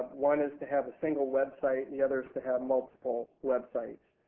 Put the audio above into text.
one is to have a single website and the other is to have multiple websites.